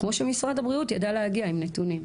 כמו שמשרד הבריאות ידע להגיע עם נתונים.